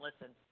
listen